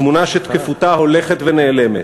תמונה שתקפותה הולכת ונעלמת.